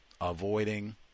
avoiding